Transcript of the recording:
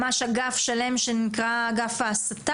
ממש אגף שלם שנקרא אגף ההסתה?